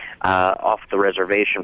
off-the-reservation